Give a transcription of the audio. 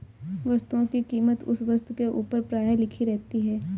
वस्तुओं की कीमत उस वस्तु के ऊपर प्रायः लिखी रहती है